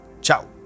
ciao